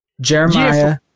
Jeremiah